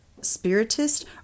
spiritist